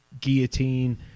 Guillotine